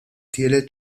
tielet